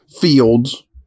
Fields